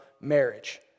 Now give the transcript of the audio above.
marriage